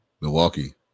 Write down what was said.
Milwaukee